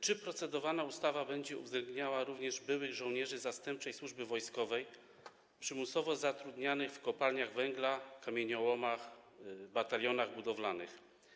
Czy ustawa, nad którą procedujemy, będzie uwzględniała również byłych żołnierzy zastępczej służby wojskowej przymusowo zatrudnianych w kopalniach węgla, kamieniołomach, batalionach budowlanych?